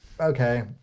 Okay